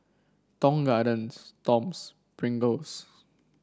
Tong Gardens Toms Pringles